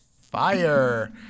fire